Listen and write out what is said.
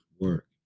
work